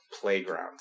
playground